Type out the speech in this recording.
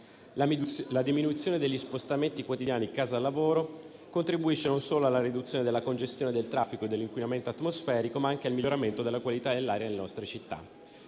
La diminuzione degli spostamenti quotidiani casa-lavoro contribuisce non solo alla riduzione della congestione del traffico e dell'inquinamento atmosferico, ma anche al miglioramento della qualità dell'aria nelle nostre città.